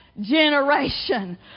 generation